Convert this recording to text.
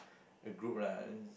a group lah